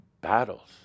battles